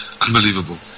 Unbelievable